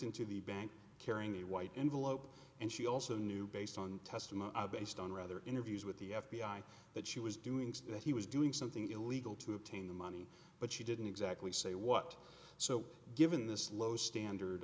into the bank carrying the white envelope and she also knew based on testimony based on rather interviews with the f b i that she was doing so that he was doing something illegal to obtain the money but she didn't exactly say what so given this low standard